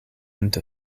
into